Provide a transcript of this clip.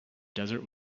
desert